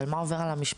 אבל מה עובר על המשפחות?